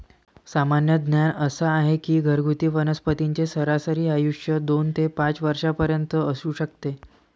सामान्य ज्ञान असा आहे की घरगुती वनस्पतींचे सरासरी आयुष्य दोन ते पाच वर्षांपर्यंत असू शकते